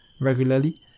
regularly